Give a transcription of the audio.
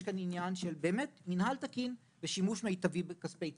יש כאן עניין של באמת מנהל תקין ושימוש מיטבי בכספי ציבור.